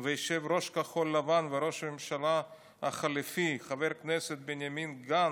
ויושב-ראש כחול לבן וראש הממשלה החליפי חבר הכנסת בנימין גנץ,